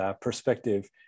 perspective